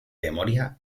memoria